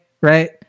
right